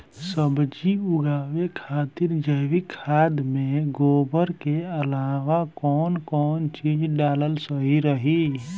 सब्जी उगावे खातिर जैविक खाद मे गोबर के अलाव कौन कौन चीज़ डालल सही रही?